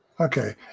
Okay